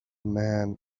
man